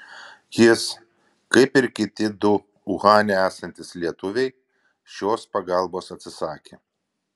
jis kaip ir kiti du uhane esantys lietuviai šios pagalbos atsisakė